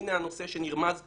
הנה הנושא שנרמז פה,